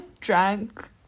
drank